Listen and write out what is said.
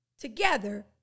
together